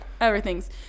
everything's